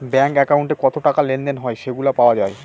bank একাউন্টে কত টাকা লেনদেন হয় সেগুলা পাওয়া যায়